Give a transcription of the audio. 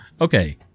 okay